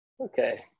Okay